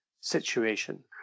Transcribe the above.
situation